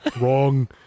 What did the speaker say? Wrong